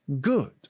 good